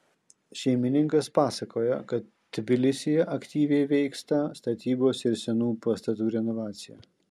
šeimininkas pasakoja kad tbilisyje aktyviai vyksta statybos ir senų pastatų renovacija